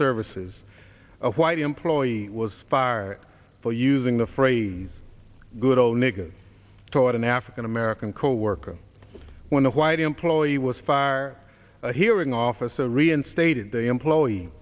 services of white employee was fired for using the phrase good ole nigger toward an african american coworker when a white employee was far hearing officer reinstated the employee